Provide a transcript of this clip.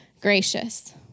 gracious